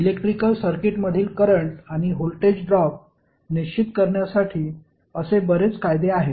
electrical सर्किटमधील current आणि voltage drop निश्चित करण्यासाठी असे बरेच कायदे आहेत